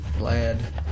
lad